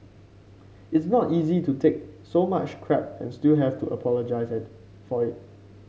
it's not easy to take so much crap and still have to apologise for it